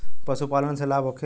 पशु पालन से लाभ होखे?